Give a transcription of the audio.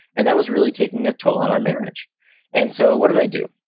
and that was really taking a toll on our marriage and so what did i do?